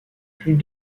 plus